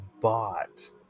bought